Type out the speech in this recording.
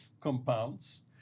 compounds